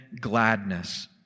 gladness